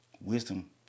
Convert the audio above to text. Wisdom